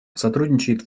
сотрудничает